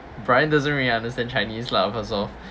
brian doesn't really understand chinese lah because of